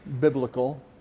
biblical